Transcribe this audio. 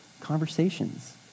conversations